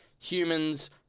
humans